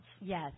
yes